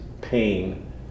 pain